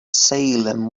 salem